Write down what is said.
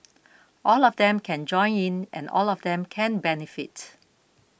all of them can join in and all of them can benefit